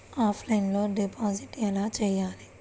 Offline deposit ఎలా చేయాలి?